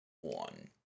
one